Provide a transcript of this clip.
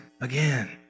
again